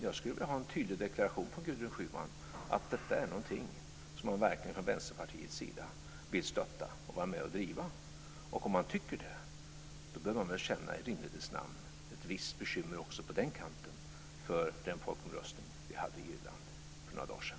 Jag skulle vilja ha en tydlig deklaration från Gudrun Schyman att detta är någonting som man från Vänsterpartiet verkligen vill stötta och vara med att driva. Om man tycker det borde man väl i rimlighetens namn känna ett visst bekymmer också på den kanten för den folkomröstning som hölls i Irland för några dagar sedan.